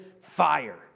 fire